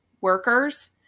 workers